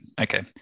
okay